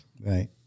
Right